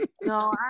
No